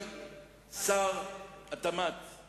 אלה מתחלפות במרוצת הזמן לשלטים